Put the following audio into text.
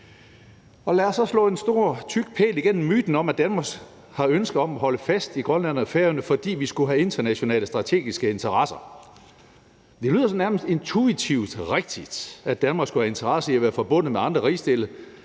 lad os så slå en stor tyk pæl igennem myten om, at Danmark har ønske om at holde fast i Grønland og Færøerne, fordi vi skulle have internationale strategiske interesser. Det lyder sådan nærmest intuitivt rigtigt, at Danmark skulle have interesse i at være forbundet med andre rigsdele